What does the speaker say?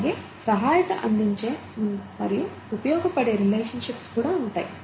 అలాగే సహాయత అందించే మరియు ఉపయోగపడే రిలేషన్షిప్స్ కూడా ఉంటాయి